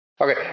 Okay